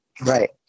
Right